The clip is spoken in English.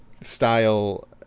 style